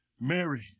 Mary